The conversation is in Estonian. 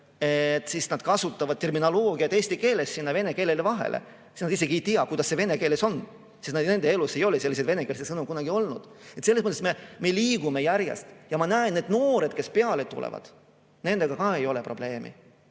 – nad kasutavad terminoloogiat eesti keeles sinna vene keelele vahele. Nad isegi ei tea, kuidas see vene keeles on. Nende elus ei ole selliseid venekeelseid sõnu kunagi olnud. Selles mõttes me liigume järjest. Ja ma näen, et noored, kes peale tulevad – nendega ka ei ole probleemi.